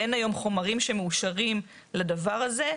אין היום חומרים שמאושרים לדבר הזה.